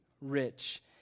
rich